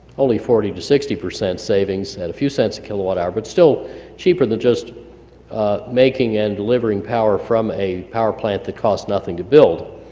only forty to sixty percent savings at a few cents a kilowatt hour, but still cheaper than just making and delivering power from a power plant that cost nothing to build.